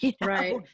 Right